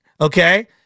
okay